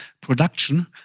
production